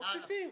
מוסיפים.